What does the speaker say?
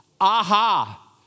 Aha